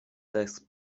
tekst